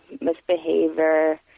misbehavior